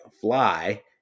fly